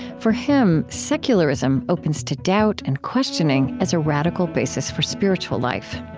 for him, secularism opens to doubt and questioning as a radical basis for spiritual life.